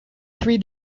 three